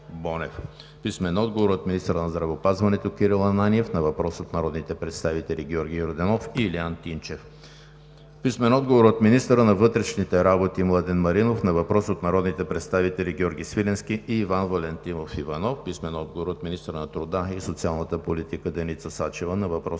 Любомир Бонев; - министъра на здравеопазването Кирил Ананиев на въпрос от народните представители Георги Йорданов и Илиян Тимчев; - министъра на вътрешните работи Младен Маринов на въпрос от народите представители Георги Свиленски и Иван Валентинов Иванов; - министъра на труда и социалната политика Деница Сачева на въпрос